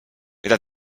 mida